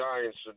Giants